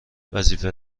وظیفه